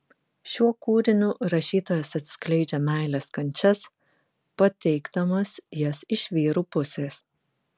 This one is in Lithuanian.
šiuo kūriniu rašytojas atskleidžia meilės kančias pateikdamas jas iš vyrų pusės